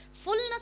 fullness